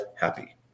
happy